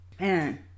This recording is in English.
man